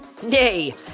Nay